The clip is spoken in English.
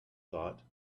thought